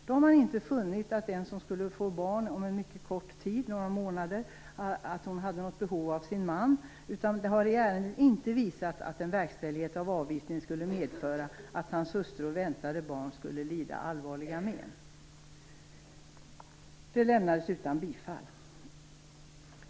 Nämnden fann inte att en kvinna som skulle få barn om en mycket kort tid, några månader, hade behov av sin man, utan fann att den asylsökande i ärendet inte visat att en verkställighet av avvisningen skulle medföra att hans hustru och väntade barn skulle lida allvarliga men. Ansökan lämnades utan bifall.